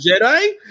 Jedi